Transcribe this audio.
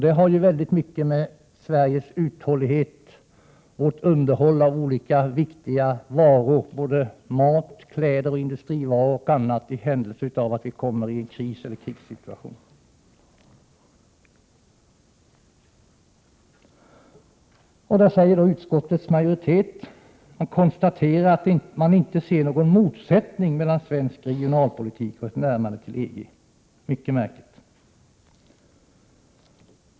Detta har mycket med Sveriges uthållighet att göra, dvs. med vårt underhåll av olika varor — mat, kläder, industrivaror och annat — i händelse av en kriseller krigssituation. Utskottets majoritet konstaterar att man inte ser någon motsättning mellan svensk regionalpolitik och ett närmande till EG. Det är mycket märkligt!